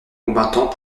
combattants